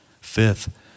Fifth